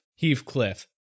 Heathcliff